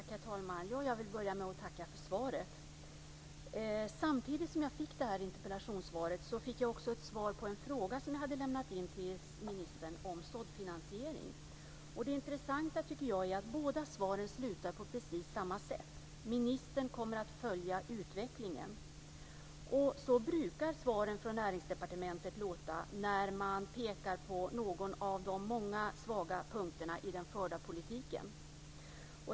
Herr talman! Jag vill börja med att tacka för svaret. Samtidigt som jag fick det här interpellationssvaret fick jag ett svar på en fråga som jag hade lämnat in till ministern om såddfinansiering. Det intressanta tycker jag är att båda svaren slutar på precis samma sätt: Ministern kommer att följa utvecklingen. Så brukar svaren från Näringsdepartementet låta när man pekar på någon av de många svaga punkterna i den förda politiken.